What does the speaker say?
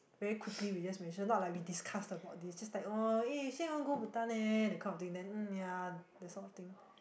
very quickly we just mention not like we discussed about this just like you !wah! eh you say you want to go Bhutan eh that kind of thing then ya that sort of thing